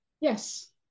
Yes